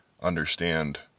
understand